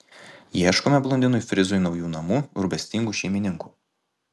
ieškome blondinui frizui naujų namų rūpestingų šeimininkų